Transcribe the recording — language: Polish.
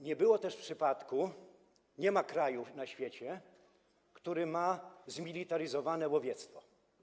Nie było też przypadku, nie ma kraju na świecie, który ma zmilitaryzowane łowiectwo.